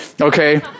okay